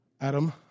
Adam